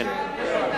תשאל אם יש מתנגדים.